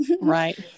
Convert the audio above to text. Right